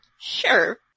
Sure